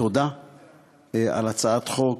תודה על הצעת חוק,